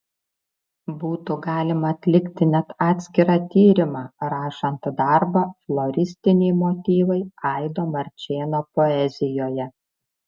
būtų galima atlikti net atskirą tyrimą rašant darbą floristiniai motyvai aido marčėno poezijoje